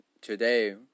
today